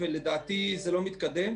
לדעתי זה לא מתקדם.